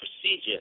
procedure